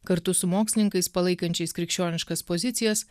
kartu su mokslininkais palaikančiais krikščioniškas pozicijas